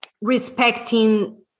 Respecting